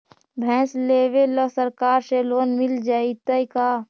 भैंस लेबे ल सरकार से लोन मिल जइतै का?